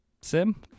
sim